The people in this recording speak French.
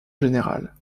général